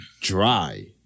dry